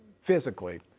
physically